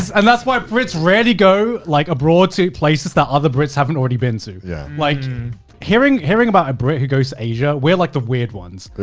and that's why brits rarely go like, abroad to places that other brits haven't already been to. yeah. like hearing hearing about a brit who goes to asia, we're like the weird ones. you